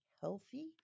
healthy